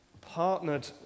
Partnered